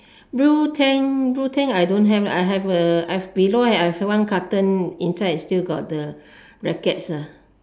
blue tank blue tank I don't have I have a I have below I have one carton inside is still got the rackets uh